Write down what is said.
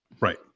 Right